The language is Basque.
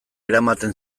eramaten